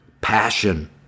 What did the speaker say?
passion